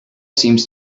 seems